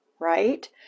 right